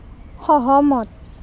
সহমত